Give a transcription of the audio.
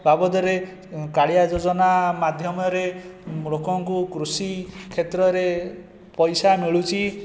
ବାବଦରେ କାଳିଆ ଯୋଜନା ମାଧ୍ୟମରେ ଲୋକଙ୍କୁ କୃଷି କ୍ଷେତ୍ରରେ ପଇସା ମିଳୁଛି